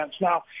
Now